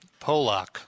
Polak